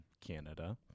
Canada